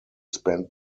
spent